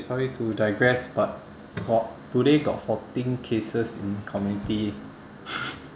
sorry to digress but got today fourteen cases in community